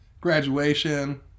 graduation